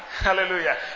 Hallelujah